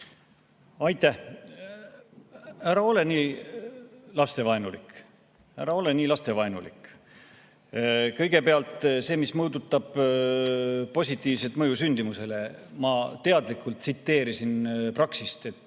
Aitäh! Ära ole nii lastevaenulik. Ära ole nii lastevaenulik! Kõigepealt see, mis puudutab positiivset mõju sündimusele, ja vanemahüvitise kaudu,